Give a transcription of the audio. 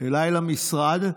אליי למשרד,